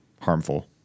harmful